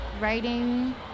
writing